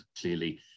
clearly